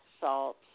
salt